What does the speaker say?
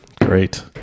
Great